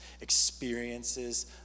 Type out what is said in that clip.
experiences